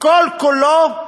כל כולו,